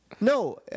No